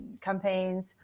campaigns